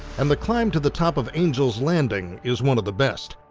and the climb to the top of angel's landing is one of the best.